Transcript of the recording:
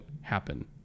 happen